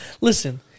Listen